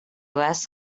les